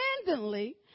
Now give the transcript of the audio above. independently